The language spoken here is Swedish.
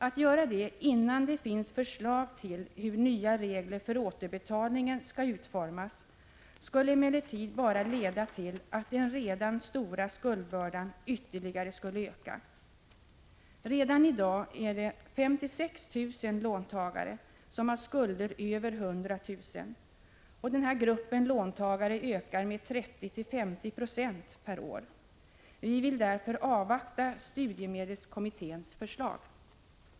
Att göra detta innan det finns förslag till hur nya regler för återbetalningen skall utformas skulle emellertid bara leda till att den redan stora skuldbördan ytterligare skulle öka. Redan i dag är det 56 000 låntagare som har skulder över 100 000 kr., och denna grupp låntagare ökar med 30-50 96 per år. Vi vill därför avvakta studiemedelskommitténs förslag.